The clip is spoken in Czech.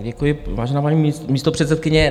Děkuji, vážená paní místopředsedkyně.